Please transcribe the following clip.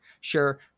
sure